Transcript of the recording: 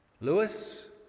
Lewis